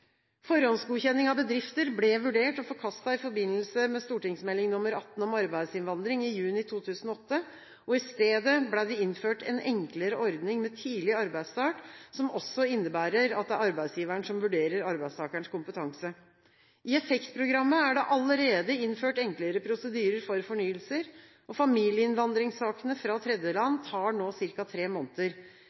Forhåndsgodkjenning av bedrifter ble vurdert og forkastet i forbindelse med St.meld. nr. 18 for 2007–2008 Arbeidsinnvandring i juni 2008. I stedet ble det innført en enklere ordning med tidlig arbeidsstart, som også innebærer at det er arbeidsgiveren som vurderer arbeidstakerens kompetanse. I EFFEKT-programmet er det allerede innført enklere prosedyrer for fornyelser. Familieinnvandringssakene fra tredjeland tar nå ca. tre måneder.